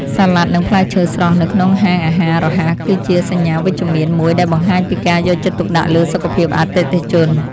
សាឡាត់និងផ្លែឈើស្រស់នៅក្នុងហាងអាហាររហ័សគឺជាសញ្ញាវិជ្ជមានមួយដែលបង្ហាញពីការយកចិត្តទុកដាក់លើសុខភាពអតិថិជន។